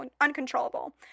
uncontrollable